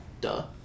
Duh